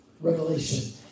revelation